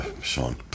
Sean